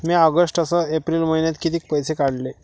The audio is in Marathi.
म्या ऑगस्ट अस एप्रिल मइन्यात कितीक पैसे काढले?